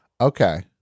Okay